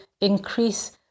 increase